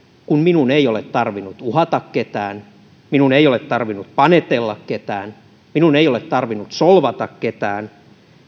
kun minun ei ole tarvinnut uhata ketään minun ei ole tarvinnut panetella ketään minun ei ole tarvinnut solvata ketään